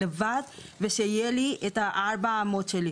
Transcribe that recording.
רציתי לשבת כדי שיהיו לי את ארבע האמות שלי.